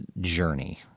journey